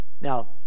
Now